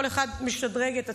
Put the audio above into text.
כל אחד משדרג את עצמו.